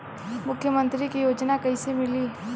मुख्यमंत्री के योजना कइसे मिली?